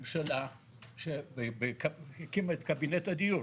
ממשלה שהקימה את קבינט הדיור.